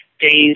days